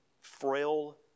frail